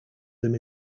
them